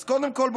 אז קודם כול,